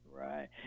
Right